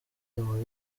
muri